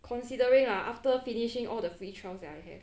considering lah after finishing all the free trials that I have